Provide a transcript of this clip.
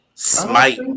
Smite